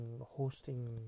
hosting